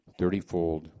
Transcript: thirtyfold